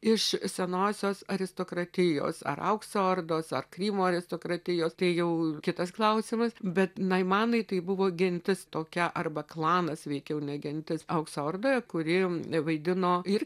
iš senosios aristokratijos ar aukso ordos ar krymo aristokratijos tai jau kitas klausimas bet naimanai tai buvo gentis tokia arba klanas veikiau ne gentis aukso ordoje kuri vaidino ir